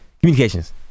communications